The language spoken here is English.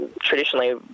traditionally